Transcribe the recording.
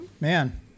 man